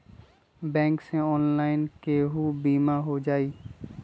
Bank से online केहु बिमा हो जाईलु?